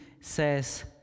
says